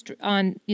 on